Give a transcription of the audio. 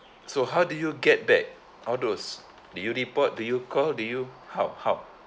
so how do you get back all those did you report did you call do you how how